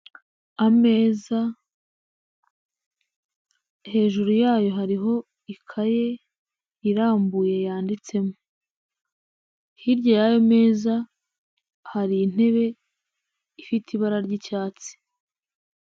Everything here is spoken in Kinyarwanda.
Ameza hejuru yayo hariho ikaye irambuye yanditsemo, hirya y'ayo meza hari intebe ifite ibara ry'icyatsi.